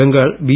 Bengal B